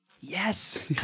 Yes